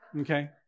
Okay